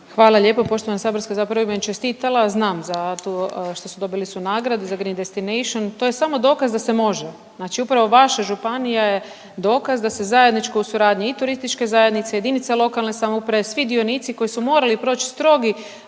Hvala lijepo poštovana saborska … Zapravo bi čestitala znam za tu što su dobili su nagradu za Green Destination, to je samo dokaz da se može. Znači upravo vaša županija je dokaz da se zajednički u suradnji i TZ-a i jedinica lokalne samouprave svi dionici koji su morali proć strogi